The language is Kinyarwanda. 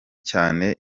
cyane